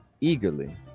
eagerly